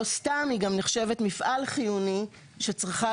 לא סתם היא גם נחשבת מפעל חיוני שצריכה